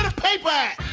ah payback